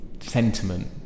sentiment